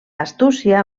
astúcia